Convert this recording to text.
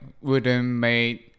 wooden-made